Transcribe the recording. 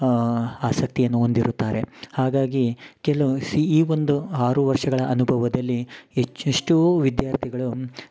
ಆಸಕ್ತಿಯನು ಹೊಂದಿರುತ್ತಾರೆ ಹಾಗಾಗಿ ಕೆಲವು ಸೀ ಈ ಒಂದು ಆರು ವರ್ಷಗಳ ಅನುಭವದಲ್ಲಿ ಹೆಚ್ಚ್ ಎಷ್ಟೋ ವಿದ್ಯಾರ್ಥಿಗಲು